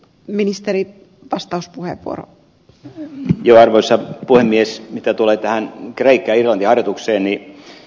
mitä tulee kreikka ja irlanti harjoitukseen niin ed